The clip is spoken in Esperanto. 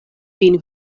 vin